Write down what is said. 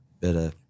better